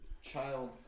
child